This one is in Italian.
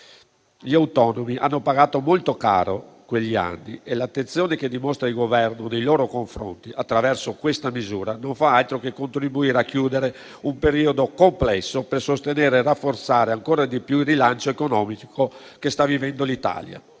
Gli autonomi hanno pagato molto caro quegli anni e l'attenzione che dimostra il Governo nei loro confronti attraverso questa misura non fa altro che contribuire a chiudere un periodo complesso, per sostenere e rafforzare ancora di più il rilancio economico che sta vivendo l'Italia.